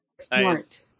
Smart